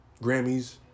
Grammys